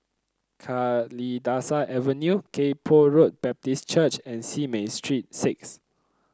Kalidasa Avenue Kay Poh Road Baptist Church and Simei Street Six